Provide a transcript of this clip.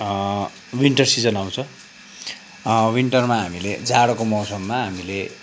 winter season आउँछ विन्टरमा हामीले जाडोको मौसममा हामीले